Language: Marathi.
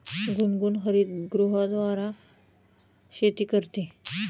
गुनगुन हरितगृहाद्वारे शेती करते